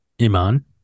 Iman